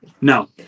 No